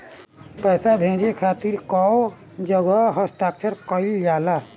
पैसा भेजे के खातिर कै जगह हस्ताक्षर कैइल जाला?